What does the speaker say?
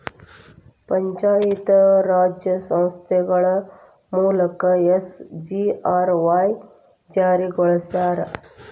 ಪಂಚಾಯತ್ ರಾಜ್ ಸಂಸ್ಥೆಗಳ ಮೂಲಕ ಎಸ್.ಜಿ.ಆರ್.ವಾಯ್ ಜಾರಿಗೊಳಸ್ಯಾರ